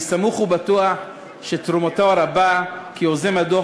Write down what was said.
אני סמוך ובטוח שתרומתו הרבה כיוזם הדוח